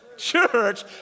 Church